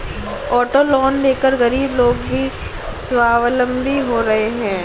auto loan लेकर गरीब लोग भी स्वावलम्बी हो रहे हैं